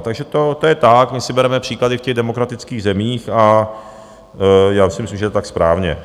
Takže to je tak, my si bereme příklady v těch demokratických zemích a já myslím, že je tak správně.